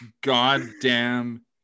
goddamn